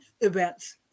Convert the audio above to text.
events